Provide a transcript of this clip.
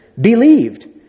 believed